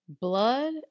Blood